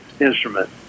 instrument